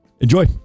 Enjoy